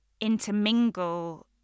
intermingle